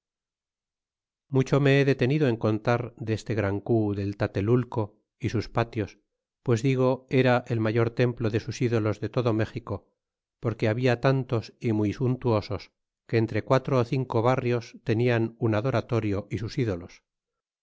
mucho me he detenido en contar deste gran cu del tatelulco y sus patios pues digo era el mayor templo de sus ídolos de todo méxico porque habla tantos y muy suntuosos que entre quatro ó cinco barrios tenian un adoratorio y sus ídolos